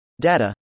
data